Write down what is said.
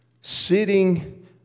sitting